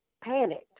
panicked